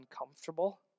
uncomfortable